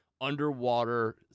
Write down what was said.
underwater